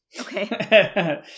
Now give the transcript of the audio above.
Okay